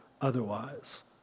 otherwise